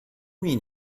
mean